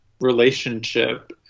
relationship